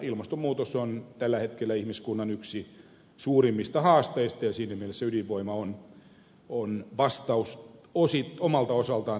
ilmastonmuutos on tällä hetkellä ihmiskunnan yksi suurimmista haasteista ja siinä mielessä ydinvoima on vastaus omalta osaltaan tähän kysymykseen